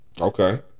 Okay